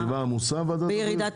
זאת ועדה עמוסה, ועדת הבריאות?